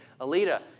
Alita